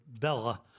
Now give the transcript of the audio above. Bella